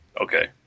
okay